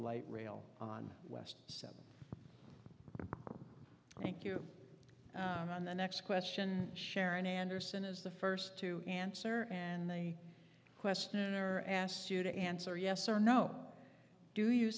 light rail on west thank you on the next question sharon anderson is the first to answer and they question are asked you to answer yes or no do you